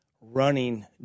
running